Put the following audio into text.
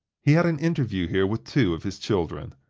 he had an interview here with two of his children.